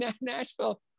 Nashville